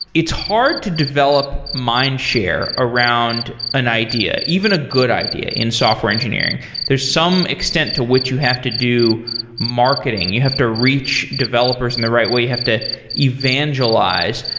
it's hard to develop mindshare around an idea, even a good idea in software engineering. there's some extent to which you have to do marketing. you have to reach developers in the right way. you have to evangelize.